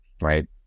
right